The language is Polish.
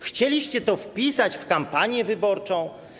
Chcieliście to wpisać w kampanię wyborczą?